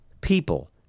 people